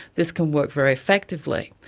this can work very effectively.